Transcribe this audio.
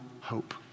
hope